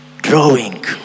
drawing